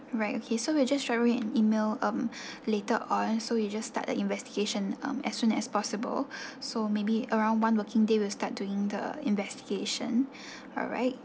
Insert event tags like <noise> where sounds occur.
right okay so we'll just straight away an email um <breath> later on so we just start the investigation um as soon as possible <breath> so maybe around one working day will start doing the investigation <breath> alright